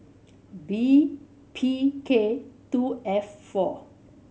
B P K two F four